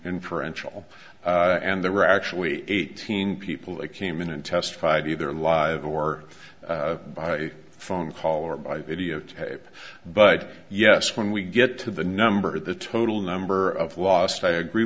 inferential and there were actually eighteen people that came in and testified either live or by phone call or by videotape but yes when we get to the number the total number of lost i agree